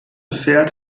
pferd